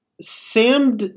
Sam